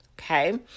okay